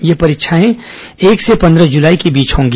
ये परीक्षाएं एक से पंद्रह जुलाई के बीच होंगी